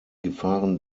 gefahren